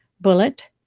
Bullet